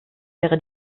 wäre